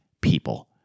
people